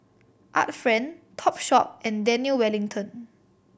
Art Friend Topshop and Daniel Wellington